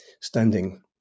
standing